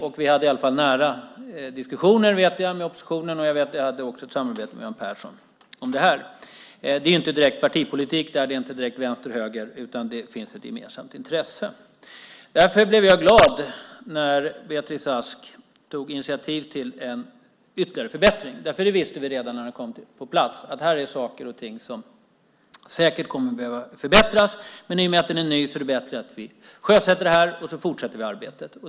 Jag vet i alla fall att vi hade nära diskussioner med oppositionen, och jag hade också ett samarbete med Göran Persson om det här. Det här är inte direkt partipolitik eller vänster och höger, utan det finns ett gemensamt intresse. Därför blev jag glad när Beatrice Ask tog initiativ till en ytterligare förbättring, för vi visste redan när lagen kom på plats att saker och ting säkert skulle komma att behöva förbättras. Men i och med att lagen var ny var det bättre att sjösätta den och så fortsätta arbetet.